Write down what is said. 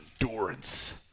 endurance